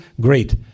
great